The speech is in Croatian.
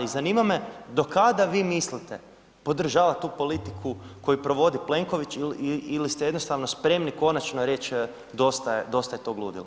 I zanima me do kada vi mislite podržavati tu politiku koju provodi Plenković ili ste jednostavno spremni konačno reći dosta je tog ludila?